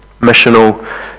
Missional